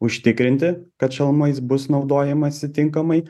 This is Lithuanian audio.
užtikrinti kad šalmais bus naudojamasi tinkamai